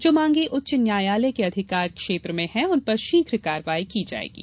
जो मांगे उच्च न्यायालय के अधिकार क्षेत्र में हैं उनपर शीघ कार्यवाही की जायेगीं